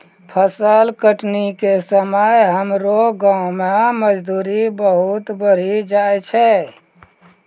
फसल कटनी के समय हमरो गांव मॅ मजदूरी बहुत बढ़ी जाय छै